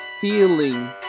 feeling